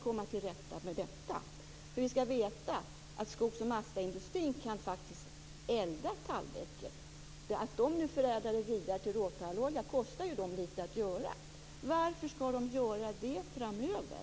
Skogs och massaindustrin kan faktiskt elda tallbecket. Att förädla det vidare till råtallolja innebär ju en kostnad. Varför skall skogs och massaindustrin göra det framöver?